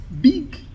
Big